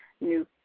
new